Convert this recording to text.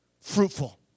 fruitful